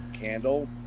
candle